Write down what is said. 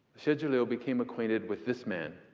xie zhiliu became acquainted with this man,